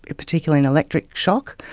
ah particularly an electric shock,